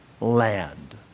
land